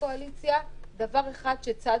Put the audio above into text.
אין קואליציה,